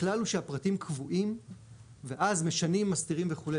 הכלל הוא שהפרטים קבועים ואז משנים, מסתירים וכו'.